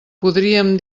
podríem